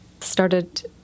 started